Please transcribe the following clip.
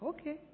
Okay